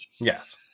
Yes